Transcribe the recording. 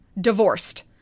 Divorced